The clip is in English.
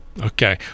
Okay